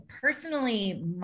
personally